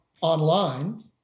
online